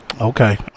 Okay